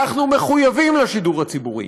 אנחנו מחויבים לשידור הציבורי,